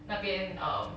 那边 um